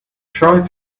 tried